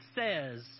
says